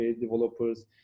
developers